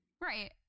Right